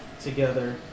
together